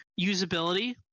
usability